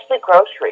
groceries